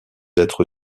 être